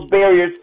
barriers